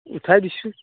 উঠাই দিছে